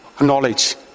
knowledge